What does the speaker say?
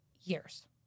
years